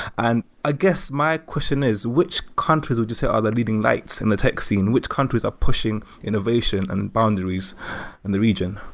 and ah guess my question is which country countries would you say are the leading lights in the tech scene? which countries are pushing innovation and boundaries in the region?